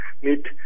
mit